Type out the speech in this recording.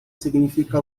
significa